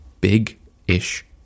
big-ish